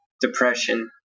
depression